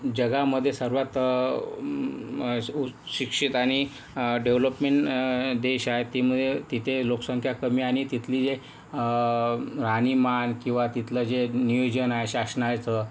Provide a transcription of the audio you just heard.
जगामध्ये सर्वात श् उच्च शिक्षित आणि डेवलपमीन देश आहे त्यामुळे तिथे लोकसंख्या कमी आणि तिथली जे राहणीमान किंवा तिथलं जे नियोजन आहे शासनाचं